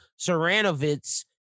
Saranovitz